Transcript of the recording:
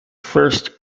first